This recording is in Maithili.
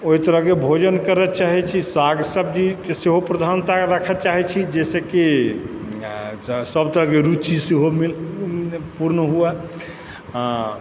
ओहितरहके भोजन करय चाहै छी साग सब्जीके सेहो प्रधानता राखय चाहै छी जाहिसँकी सभतरह रूचि सेहो मिल पूर्ण हुए आ